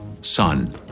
son